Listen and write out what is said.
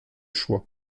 choix